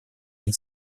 ним